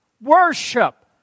worship